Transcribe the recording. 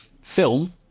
film